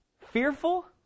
Fearful